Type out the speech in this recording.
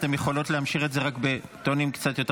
אתן יכולות להמשיך את זה רק בטונים קצת יותר